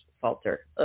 falter